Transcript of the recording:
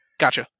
Gotcha